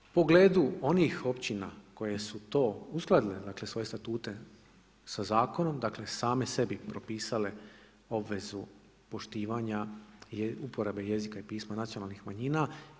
U pogledu onih općina koje su to uskladili, dakle, svoje statute sa zakonom, dakle, same sebi propisale obvezu poštivanja uporabe jezika i pisma nacionalnih manjina.